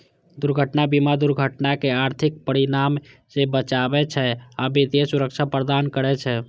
दुर्घटना बीमा दुर्घटनाक आर्थिक परिणाम सं बचबै छै आ वित्तीय सुरक्षा प्रदान करै छै